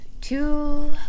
two